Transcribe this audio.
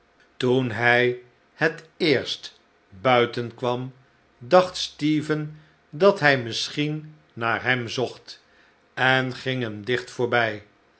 toen hij het eerst buiten kwam dacht stephen dat hij misschien naar hem zocht en ging hem dicht voorbij